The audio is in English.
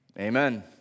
amen